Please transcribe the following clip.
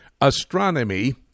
Astronomy